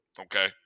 Okay